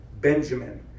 Benjamin